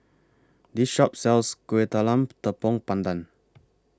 This Shop sells Kueh Talam Tepong Pandan